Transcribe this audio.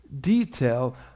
detail